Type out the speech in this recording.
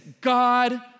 God